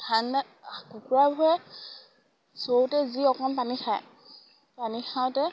ধান কুকুৰাবোৰে চৰোতে যি অকণ পানী খায় পানী খাওঁতে